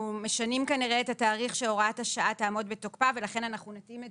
משנים כנראה את התאריך שהוראת השעה תעמוד בתוקפה ולכן אנחנו נתאים את